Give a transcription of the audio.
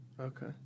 Okay